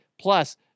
Plus